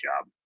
job